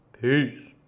Peace